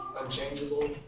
unchangeable